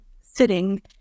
sitting